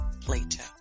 Plato